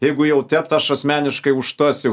jeigu jau tept aš asmeniškai už tas jau